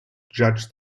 judge